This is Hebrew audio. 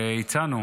והצענו